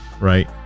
Right